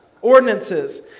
ordinances